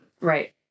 Right